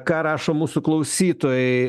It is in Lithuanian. ką rašo mūsų klausytojai